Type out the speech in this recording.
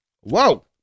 Whoa